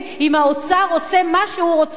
אם האוצר עושה מה שהוא רוצה,